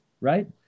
right